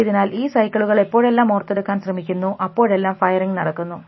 ആയതിനാൽ ഈ സൈക്കിളുകൾ എപ്പോഴെല്ലാം ഓർത്തെടുക്കാൻ ശ്രമിക്കുന്നു അപ്പോഴെല്ലാം ഫയറിങ് നടക്കുന്നു